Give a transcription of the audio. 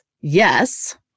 yes